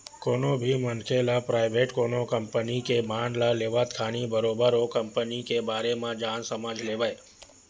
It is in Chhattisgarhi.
कोनो भी मनखे ल पराइवेट कोनो कंपनी के बांड ल लेवत खानी बरोबर ओ कंपनी के बारे म जान समझ लेवय